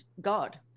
god